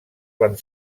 van